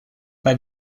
bei